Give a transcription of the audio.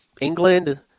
England